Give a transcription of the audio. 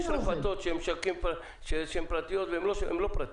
יש רפתות שהן פרטיות ויש שהן לא פרטיות,